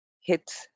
hit